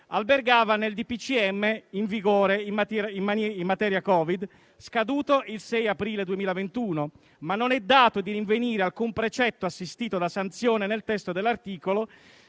albergava nel D.P.C.M in vigore in materia COVID, scaduto il 6 Aprile 2021, ma non è dato di rinvenire alcun precetto assistito da sanzione nel testo dell'articolo,